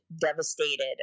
devastated